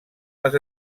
les